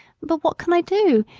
but what can i do?